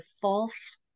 false